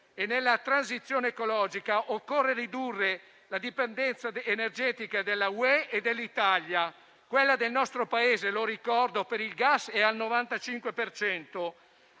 e nella transizione ecologica occorre ridurre la dipendenza energetica dell'Unione europea e dell'Italia. Quella del nostro Paese - lo ricordo - per il gas è al 95